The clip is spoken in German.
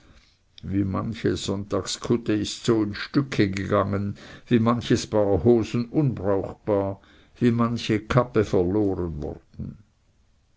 wie manche sonntagskutte ist so in stücke gegangen wie manches paar hosen unbrauchbar wie manche kappe verloren worden